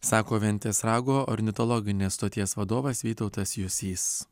sako ventės rago ornitologinės stoties vadovas vytautas jusys